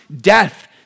death